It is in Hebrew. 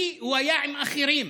כי הוא היה עם אחרים.